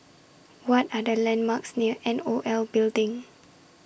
What Are The landmarks near N O L Building